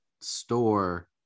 store